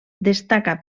destaca